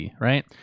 right